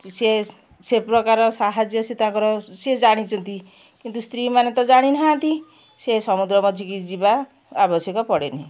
ସେ ସେ ପ୍ରକାର ସାହାଯ୍ୟ ସେ ତାଙ୍କର ସିଏ ଜାଣିଛନ୍ତି କିନ୍ତୁ ସ୍ତ୍ରୀ ମାନେ ତ ଜାଣିନାହାଁନ୍ତି ସେ ସମୁଦ୍ର ମଝିକି ଯିବା ଆବଶ୍ୟକ ପଡ଼େନି